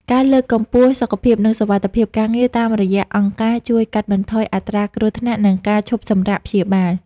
ការលើកកម្ពស់សុខភាព និងសុវត្ថិភាពការងារតាមរយៈអង្គការ ជួយកាត់បន្ថយអត្រាគ្រោះថ្នាក់ និងការឈប់សម្រាកព្យាបាល។